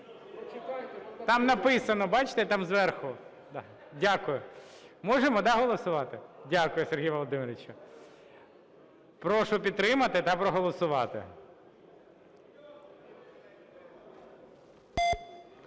Там написано, бачите, там зверху. Дякую. Можемо, да, голосувати? Дякую, Сергій Володимирович. Прошу підтримати та проголосувати.